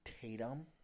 Tatum